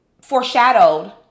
foreshadowed